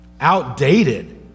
Outdated